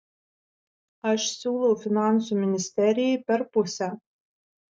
aš siūlau finansų ministerijai per pusę